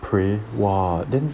pray !wah! then